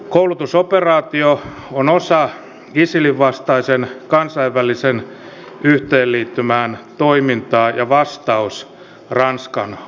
koulutusoperaatio on osa isilin vastaisen kansainvälisen yhteenliittymän toimintaa ja vastaus ranskan avunpyyntöön